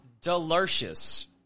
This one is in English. delicious